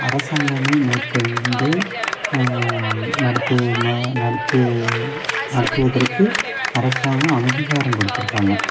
அரசாங்கமே மேற்கொண்டு நடத்து மா நடத்து நடத்துவதற்கு அரசாங்கம் அங்கீகாரம் கொ டுத்துருக்காங்க